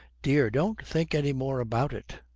dear, don't think any more about it.